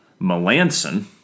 Melanson